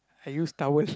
I used towels